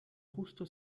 justo